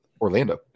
Orlando